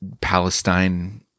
Palestine